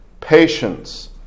patience